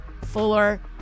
fuller